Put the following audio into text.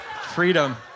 Freedom